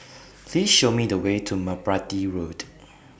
Please Show Me The Way to Merpati Road